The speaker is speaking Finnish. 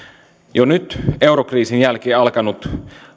jo nyt eurokriisin jälkeen alkanut